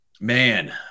Man